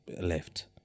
left